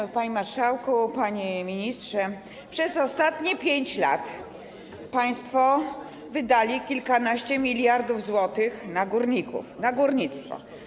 Zatem, panie marszałku, panie ministrze, przez ostatnie 5 lat państwo wydali kilkanaście miliardów złotych na górników, na górnictwo.